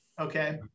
Okay